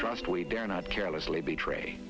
trust we dare not carelessly betray